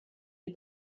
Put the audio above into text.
die